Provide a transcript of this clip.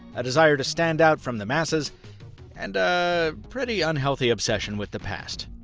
a desire to stand out from the masses and a pretty unhealthy obsession with the past.